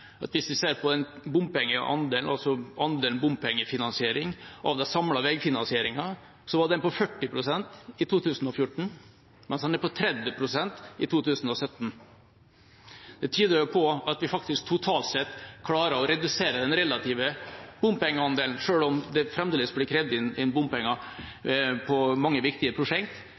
at hvis vi ser på bompengeandelen, altså andelen bompengefinansiering av den samlede veifinansieringen, var den på 40 pst. i 2014, mens den er på 30 pst. i 2017. Det tyder på at vi faktisk totalt sett klarer å redusere den relative bompengeandelen. Selv om det fremdeles blir krevd inn bompenger på mange viktige prosjekt,